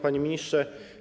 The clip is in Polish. Panie Ministrze!